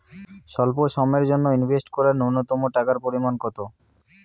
স্বল্প সময়ের জন্য ইনভেস্ট করার নূন্যতম টাকার পরিমাণ কত?